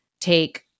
take